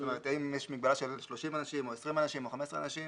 האם יש מגבלה של 30 אנשים או 20 אנשים או 15 אנשים.